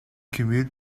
cumule